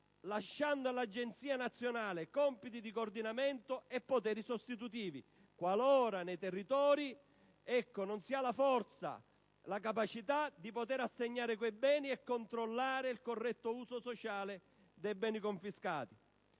lasciando all'Agenzia nazionale compiti di coordinamento e poteri sostitutivi qualora nei territori non si abbia la forza, la capacità di assegnare quei beni e controllare il corretto uso sociale dei beni confiscati.